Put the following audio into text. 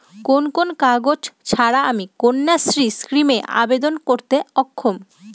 কোন কোন কাগজ ছাড়া আমি কন্যাশ্রী স্কিমে আবেদন করতে অক্ষম?